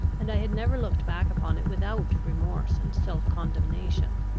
and i had never looked back upon it without remorse and self-condemnation.